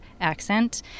accent